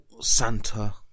Santa